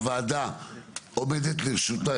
הוועדה עומדת לרשותך